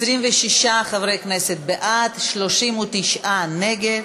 26 חברי כנסת בעד, 39 נגד.